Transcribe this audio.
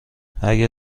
اگر